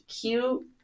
Cute